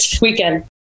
weekend